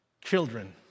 children